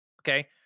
Okay